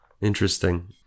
Interesting